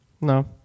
No